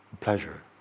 pleasure